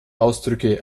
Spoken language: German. ausdrücke